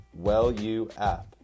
WellUapp